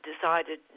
decided